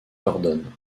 gordon